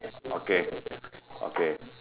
okay okay